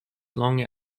long